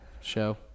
show